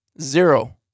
Zero